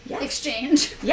exchange